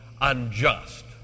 unjust